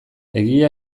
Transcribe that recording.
egia